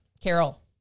carol